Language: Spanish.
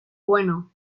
bueno